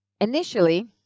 initially